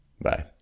Bye